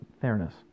fairness